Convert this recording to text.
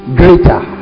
greater